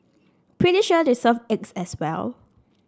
pretty sure they serve eggs as well